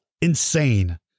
insane